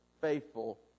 faithful